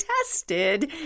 tested